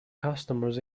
customers